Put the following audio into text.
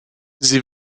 sie